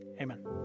Amen